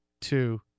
two